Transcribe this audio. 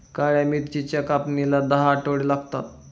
काळ्या मिरीच्या कापणीला दहा आठवडे लागतात